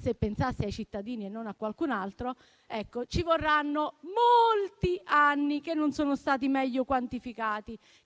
se pensasse ai cittadini e non a qualcun altro - ci vorranno molti anni, che non sono stati meglio quantificati.